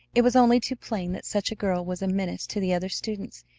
it was only too plain that such a girl was a menace to the other students,